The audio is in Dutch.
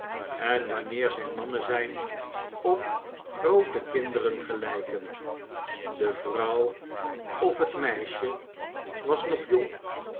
en wanneer zij mannen zijn op groote kinderen gelijken de vrouw of het meisje was nog jong